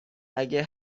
اگه